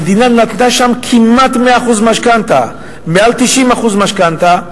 המדינה נתנה שם כמעט 100% משכנתה, מעל 90% משכנתה.